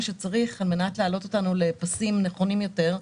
שצריך על מנת להעלות אותנו לפסים נכונים יותר.